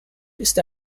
ist